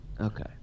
Okay